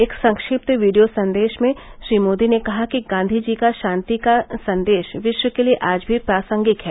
एक संक्षिप्त वीडियो संदेश में श्री मोदी ने कहा कि गांधीजी का शांति का संदेश विश्व के लिए आज भी प्रासंगिक है